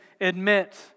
admit